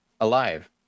Alive